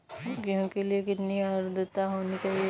गेहूँ के लिए कितनी आद्रता होनी चाहिए?